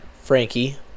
Frankie